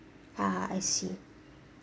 ah I see